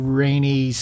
rainy